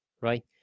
right